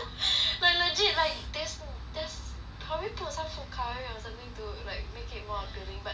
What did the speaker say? like legit like there's there's probably put some food colouring or something to like make it more appealing but if it